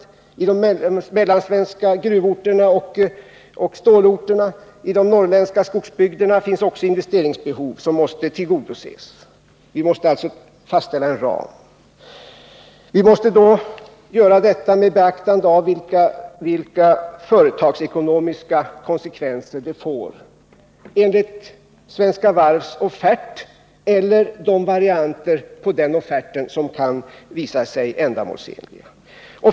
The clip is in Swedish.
Även på de mellansvenska gruvorterna och stålorterna och i de norrländska skogsbygderna finns investeringsbehov som måste tillgodoses. Vi måste alltså fastställa en ram. För det andra måste vi göra detta med beaktande av vilka företagsekonomiska konsekvenser det får enligt Svenska Varvs offert eller de varianter av den offerten som kan visa sig ändamålsenliga.